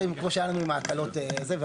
כמה יש לנו 10 דקות לא?